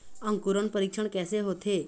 अंकुरण परीक्षण कैसे होथे?